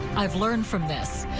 i've learned from this,